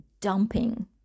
dumping